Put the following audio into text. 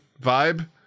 Vibe